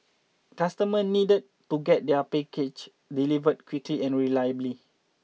customers needed to get their packages delivered quickly and reliably